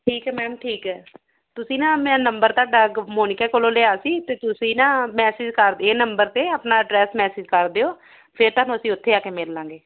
ਠੀਕ ਹੈ ਮੈਮ ਠੀਕ ਹੈ ਤੁਸੀਂ ਨਾ ਮੈਂ ਨੰਬਰ ਤੁਹਾਡਾ ਮੋਨਿਕਾ ਕੋਲੋਂ ਲਿਆ ਸੀ ਅਤੇ ਤੁਸੀਂ ਨਾ ਮੈਸੇਜ ਕਰ ਇਹ ਨੰਬਰ ਅਤੇ ਆਪਣਾ ਐਡਰੈਸ ਮੈਸੇਜ ਕਰ ਦਿਓ ਫਿਰ ਤੁਹਾਨੂੰ ਅਸੀਂ ਉੱਥੇ ਆਕੇ ਮਿਲਾਂਗੇ